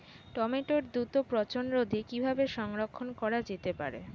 টমেটোর দ্রুত পচনরোধে কিভাবে সংরক্ষণ করা যেতে পারে?